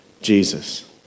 Jesus